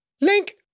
Link